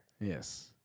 yes